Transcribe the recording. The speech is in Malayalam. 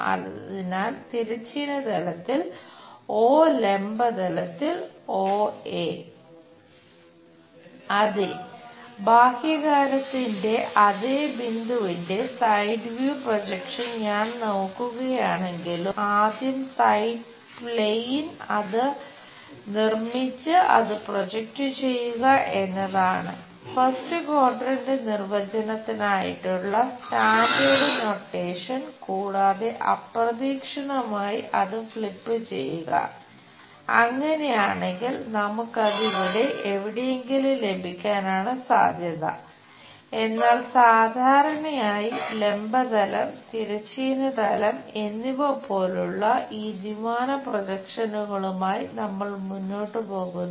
അതേ ബാഹ്യകാരത്തിന്റെ അതേ ബിന്ദുവിന്റെ സൈഡ് വ്യൂ പ്രൊജക്ഷൻ നമ്മൾ മുന്നോട്ട് പോകുന്നു